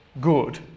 good